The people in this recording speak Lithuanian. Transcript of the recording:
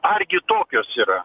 argi tokios yra